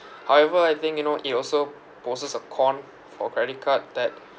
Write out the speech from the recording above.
however I think you know it also poses a con for credit card that